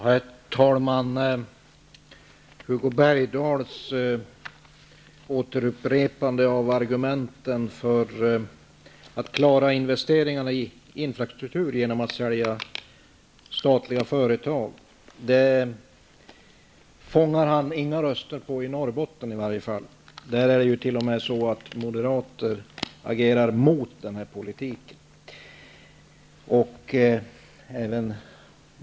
Herr talman! Genom att upprepa argumenten för utförsäljningen av statliga företag för att klara investeringarna i infrastrukturen fångar Hugo Bergdahl inga röster i Norrbotten i varje fall. Där är det t.o.m. så att Moderaterna agerar mot en sådan politik.